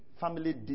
Family